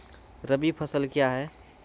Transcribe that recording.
रबी फसल क्या हैं?